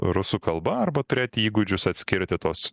rusų kalba arba turėti įgūdžius atskirti tuos